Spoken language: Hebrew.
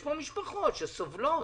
יש משפחות שסובלות.